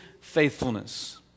faithfulness